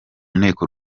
nteko